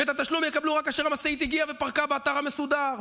את התשלום יקבלו רק כאשר המשאית הגיעה ופרקה באתר המסודר,